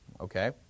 Okay